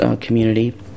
community